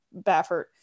Baffert